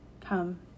Come